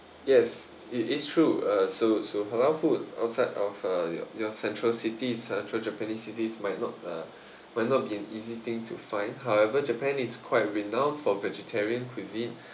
yes it is true uh so so halal food outside of uh your central cities central japanese cities might not might not be an easy thing to find however japan is quite renowned for vegetarian cuisine